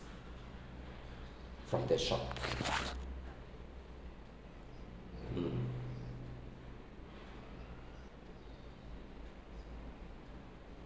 from the shop mm